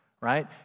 right